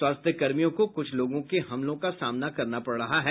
स्वास्थ्यकर्मियों को कुछ लोगों के हमलों का सामना करना पड़ रहा है